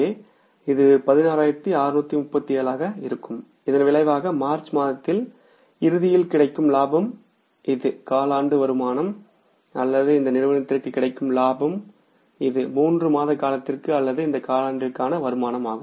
எனவே இது 16367 ஆக இருக்கும் இதன் விளைவாக மார்ச் மாத இறுதியில் கிடைக்கும் லாபம் இது காலாண்டு வருமானம் அல்லது இந்த நிறுவனத்திற்கு கிடைக்கும் லாபம் இது 3 மாத காலத்திற்கு அல்லது இந்த காலாண்டிற்கான வருமானமாகும்